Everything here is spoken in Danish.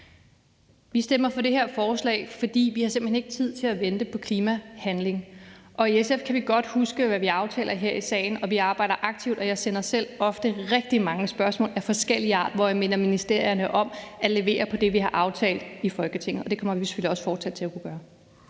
Vi stemmer for det her forslag, fordi vi simpelt hen ikke har tid til at vente på klimahandling. I SF kan vi godt huske, hvad vi aftaler her i salen, og vi arbejder aktivt, og jeg sender ofte selv rigtig mange spørgsmål af forskellig art, hvor jeg minder ministerierne om at levere på det, vi har aftalt i Folketinget. Og det kommer vi selvfølgelig fortsat til at kunne gøre.